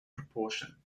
proportion